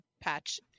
patch